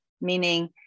meaning